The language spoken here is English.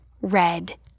red